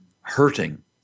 hurting